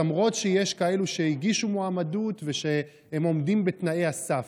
למרות שיש כאלה שהגישו מועמדות ועומדים בתנאי הסף.